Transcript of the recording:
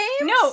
No